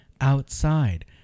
outside